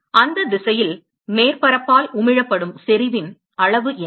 அந்தத் திசையில் மேற்பரப்பால் உமிழப்படும் செறிவின் அளவு என்ன